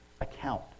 account